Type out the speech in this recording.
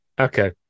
Okay